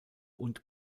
und